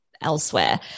elsewhere